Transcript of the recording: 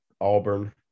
Auburn